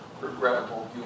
regrettable